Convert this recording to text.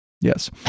yes